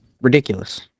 ridiculous